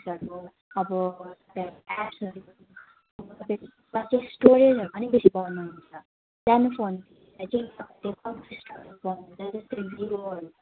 स्टोरेजहरू पनि बेसी पाउनुहुन्छ